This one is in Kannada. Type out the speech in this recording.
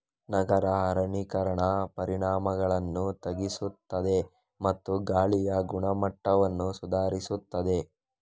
ನಗರ ಅರಣ್ಯೀಕರಣ ಪರಿಣಾಮಗಳನ್ನು ತಗ್ಗಿಸುತ್ತದೆ ಮತ್ತು ಗಾಳಿಯ ಗುಣಮಟ್ಟವನ್ನು ಸುಧಾರಿಸುತ್ತದೆ